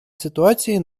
ситуації